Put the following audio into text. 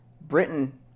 Britain